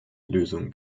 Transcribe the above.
lösung